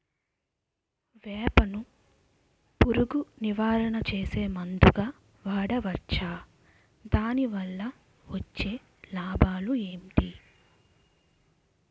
వేప ను పురుగు నివారణ చేసే మందుగా వాడవచ్చా? దాని వల్ల వచ్చే లాభాలు ఏంటి?